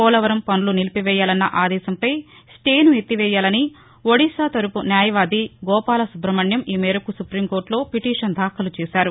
పోలవరం పనులు నిలిపివేయాలన్న ఆదేశంపై స్టేను ఎత్తివేయాలని ఒడిషా తరఫు న్యాయవాది గోపాల సుబ్రహ్మణ్యం ఈ మేరకు సుప్పీంకోర్టలో పిటీషన్ దాఖలు చేశారు